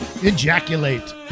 Ejaculate